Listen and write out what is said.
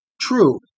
True